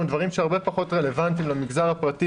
דברים שהם הרבה פחות רלוונטיים למגזר הפרטי